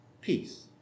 Peace